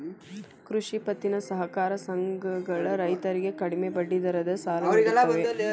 ಕೃಷಿ ಪತ್ತಿನ ಸಹಕಾರ ಸಂಘಗಳ ರೈತರಿಗೆ ಕಡಿಮೆ ಬಡ್ಡಿ ದರದ ಸಾಲ ನಿಡುತ್ತವೆ